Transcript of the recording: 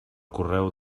correu